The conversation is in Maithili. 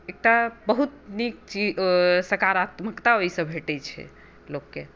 मतलब एकटा बहुत नीक चीज सकारात्मकता भेटै छै लोकके